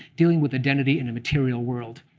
dealing with identity in a material world.